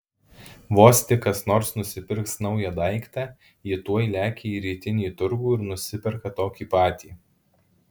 vos tik kas nors nusipirks naują daiktą ji tuoj lekia į rytinį turgų ir nusiperka tokį patį